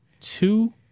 two